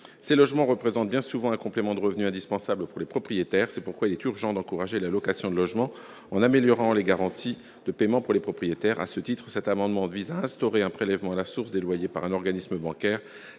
Ces logements représentent bien souvent un complément de revenu indispensable pour les propriétaires. C'est pourquoi il est urgent d'encourager la location de logements en améliorant les garanties de paiement des loyers. À ce titre, le présent amendement vise à instaurer un prélèvement à la source des loyers par un organisme bancaire.